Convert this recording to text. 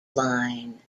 line